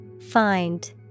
Find